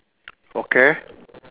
okay